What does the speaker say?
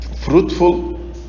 fruitful